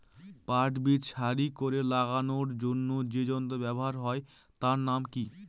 পাট বীজ সারি করে লাগানোর জন্য যে যন্ত্র ব্যবহার হয় তার নাম কি?